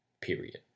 period